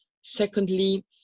Secondly